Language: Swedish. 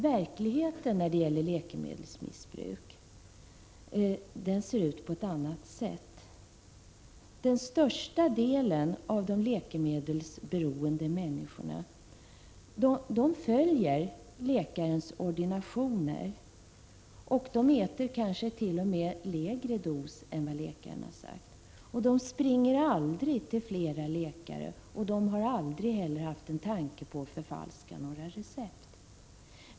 Verkligheten när det gäller läkemedelsmissbruk ser ut på ett annat sätt. Den största delen av de läkemedelsmedelsberoende människorna följer läkarens ordinationer, och de använder kanske t.o.m. lägre dos än läkarna sagt och springer aldrig till flera läkare. De har inte heller haft en tanke på att förfalska några recept.